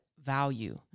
Value